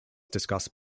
discussed